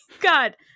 God